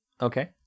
Okay